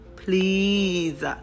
Please